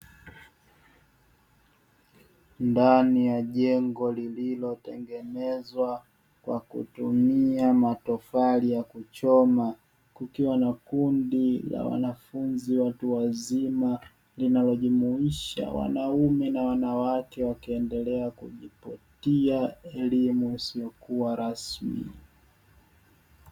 Ndani ya jengo lililotengenezwa kwa kutumia matofali ya kuchoma, kukiwa na kundi la wanafunzi watu wazima linalojumuisha wanaume na wanawake wakiendelea kujipatia elimu isiyokuwa rasmi.